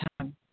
time